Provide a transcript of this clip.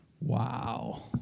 Wow